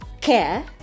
care